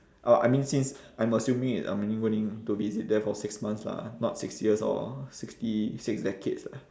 orh I mean since I'm assuming I'm only going to visit there for six months lah not six years or sixty six decades lah